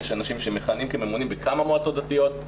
יש אנשים שמכהנים כממונים בכמה מועצות דתיות,